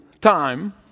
time